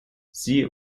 siehe